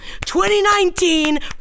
2019